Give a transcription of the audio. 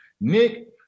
Nick